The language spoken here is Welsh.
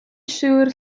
siŵr